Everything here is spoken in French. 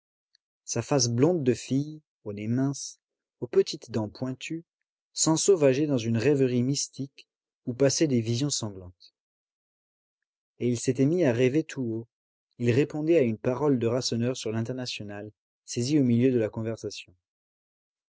sa face blonde de fille au nez mince aux petites dents pointues s'ensauvageait dans une rêverie mystique où passaient des visions sanglantes et il s'était mis à rêver tout haut il répondait à une parole de rasseneur sur l'internationale saisie au milieu de la conversation